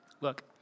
Look